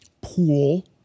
pool